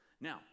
Now